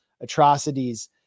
atrocities